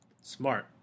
Smart